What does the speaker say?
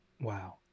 Wow